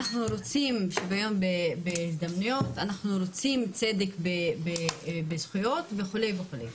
אנחנו רוצים שוויון הזדמנויות, צדק בזכויות וכולי.